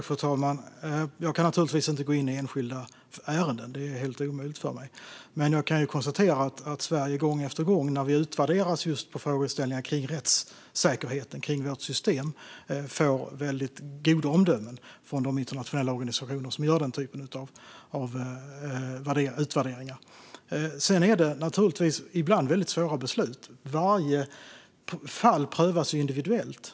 Fru talman! Jag kan inte gå in på enskilda ärenden. Det är helt omöjligt för mig. Men jag kan konstatera att när rättssäkerheten i Sveriges system utvärderas av de internationella organisationer som gör den typen av utvärderingar får vi väldigt goda omdömen gång efter gång. Det är ibland väldigt svåra beslut som ska fattas. Varje fall prövas individuellt.